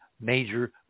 major